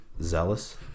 zealous